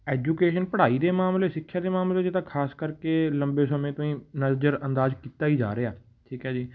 education ਪੜ੍ਹਾਈ ਦੇ ਮਾਮਲੇ ਸਿੱਖਿਆ ਦੇ ਮਾਮਲੇ 'ਚ ਤਾਂ ਖਾਸ ਕਰਕੇ ਲੰਬੇ ਸਮੇਂ ਤੋਂ ਹੀ ਨਜ਼ਰ ਅੰਦਾਜ਼ ਕੀਤਾ ਹੀ ਜਾ ਰਿਹਾ ਠੀਕ ਹੈ ਜੀ